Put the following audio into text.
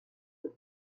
with